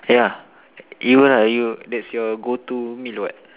yeah you lah you that's your go to meal what